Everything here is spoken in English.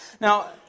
Now